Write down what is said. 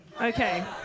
Okay